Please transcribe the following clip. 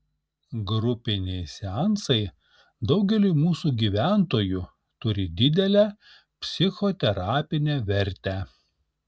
grupiniai seansai daugeliui mūsų gyventojų turi didelę psichoterapinę vertę